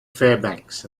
fairbanks